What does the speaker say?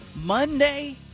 Monday